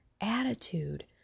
attitude